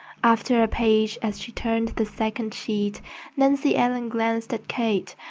after a page as she turned the second sheet nancy ellen glanced at kate,